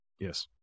Yes